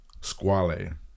Squale